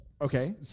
Okay